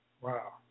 Wow